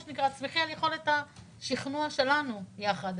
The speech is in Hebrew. תסמכי על יכולת השכנוע שלנו ביחד.